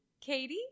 Katie